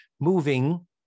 moving